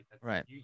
Right